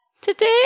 Today